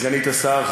סגנית השר,